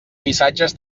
missatges